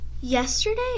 Yesterday